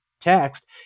text